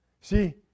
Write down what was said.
See